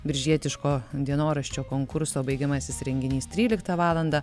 biržietiško dienoraščio konkurso baigiamasis renginys tryliktą valandą